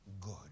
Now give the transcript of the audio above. good